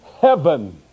heaven